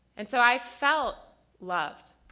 and so i felt loved.